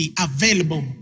available